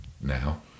now